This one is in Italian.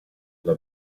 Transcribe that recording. una